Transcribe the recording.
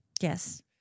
Yes